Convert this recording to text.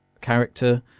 character